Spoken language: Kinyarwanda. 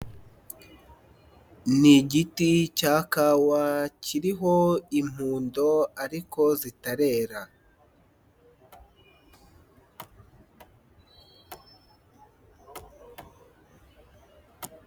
Ni igiti cya kawa kiriho impundo ariko zitarera.